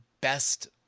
best